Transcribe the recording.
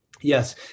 yes